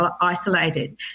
isolated